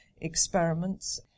experiments